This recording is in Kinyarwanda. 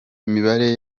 imibare